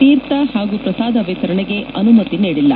ತೀರ್ಥ ಹಾಗೂ ಪ್ರಸಾದ ವಿತರಣೆಗೆ ಅನುಮತಿ ನೀಡಿಲ್ಲ